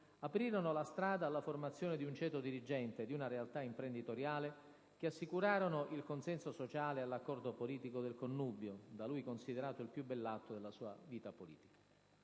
aprirono la strada alla formazione di un ceto dirigente e di una realtà imprenditoriale che assicurarono il consenso sociale all'accordo politico del «connubio», da lui considerato il più bell'atto della sua vita politica.